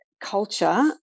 culture